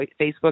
Facebook